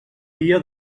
dia